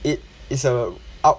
it is uh out~